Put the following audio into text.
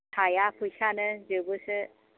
थाया फैसायानो जोबोसो